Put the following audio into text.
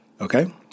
Okay